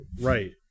right